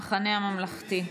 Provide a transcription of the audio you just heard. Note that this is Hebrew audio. אנחנו נצביע על המחנה הממלכתי.